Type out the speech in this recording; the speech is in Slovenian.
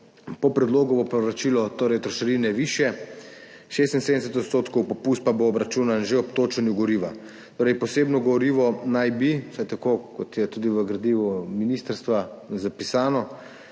Po predlogu bo povračilo trošarine višje, 76 odstotkov, popust pa bo obračunan že ob točenju goriva. Posebno gorivo naj bi, vsaj tako kot je tudi v gradivu ministrstva zapisano,